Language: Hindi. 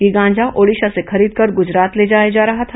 यह गांजा ओडिशा से खरीदकर गुजरात ले जाया जा रहा था